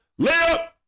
Layup